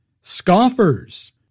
scoffers